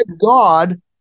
God